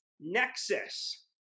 nexus